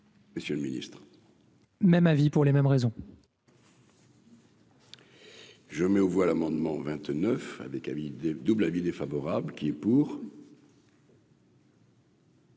Monsieur le Ministre. Même avis pour les mêmes raisons. Je mets aux voix l'amendement vingt-neuf avec des le double avis défavorable qui est pour.